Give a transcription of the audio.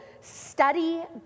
study